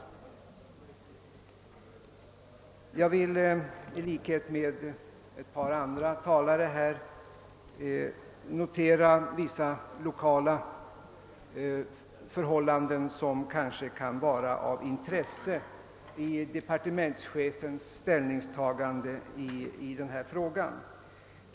Jag vill i likhet med ett par andra talare notera vissa lokala förhållanden som kanske kan vara av intresse vid departementschefens ställningstagande i denna fråga.